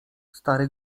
stary